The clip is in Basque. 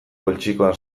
poltsikoan